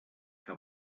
que